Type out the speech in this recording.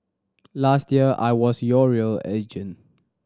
last year I was your real agent